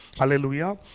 Hallelujah